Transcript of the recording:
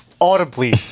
audibly